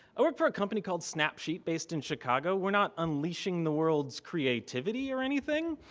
i work for a company called snapsheet, based in chicago. we're not unleashing the world's creativity or anything.